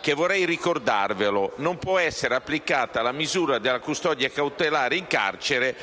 con il seguente testo: «Non può essere applicata la misura della custodia cautelare in carcere